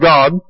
God